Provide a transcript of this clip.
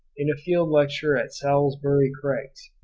in a field lecture at salisbury craigs,